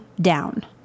down